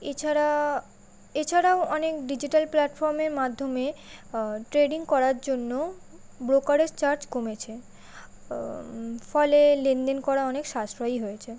এছাড়া এছাড়াও অনেক ডিজিটাল প্লাটফর্মের মাধ্যমে ট্রেডিং করার জন্য ব্রোকারেজ চার্জ কমেছে ফলে লেনদেন করা অনেক সাশ্রয়ী হয়েছে